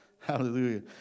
Hallelujah